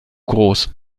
groß